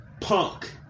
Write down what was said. Punk